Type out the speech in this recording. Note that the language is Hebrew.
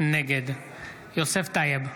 נגד יוסף טייב,